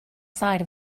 side